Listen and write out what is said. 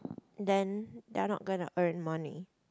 then they are not gonna earn money